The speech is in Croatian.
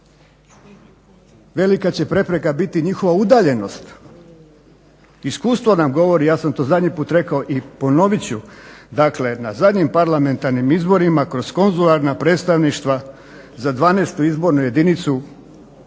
velika će prepreka biti njihova udaljenost, iskustvo nam govori, ja sam to zadnji put rekao i ponovit ću. Dakle, na zadnjim parlamentarnim izborima kroz konzularna predstavništva za 12. izbornu jedinicu,